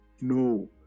No